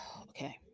okay